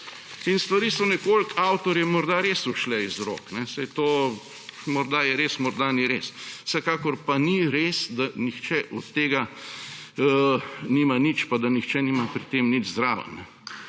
Stvari so nekoliko avtorjem mogoče res ušle iz rok, saj to morda je res, morda ni res. Vsekakor pa ni res, da nihče od tega nima nič pa da nihče nima pri tem nič zraven.